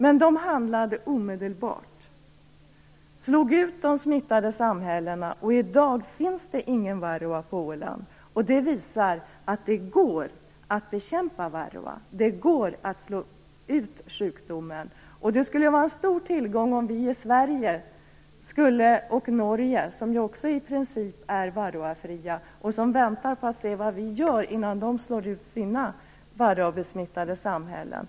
Men de handlade omedelbart och slog ut de smittade samhällena. I dag finns det ingen varroa på Åland. Det visar att det går att bekämpa varroa. Det går att slå ut sjukdomen. Norge, som också i princip är varroafritt väntar på att se vad vi gör innan man slår ut sina varroabesmittade samhällen.